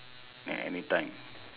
at any time